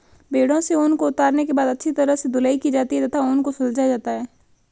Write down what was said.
भेड़ों से ऊन को उतारने के बाद अच्छी तरह से धुलाई की जाती है तथा ऊन को सुलझाया जाता है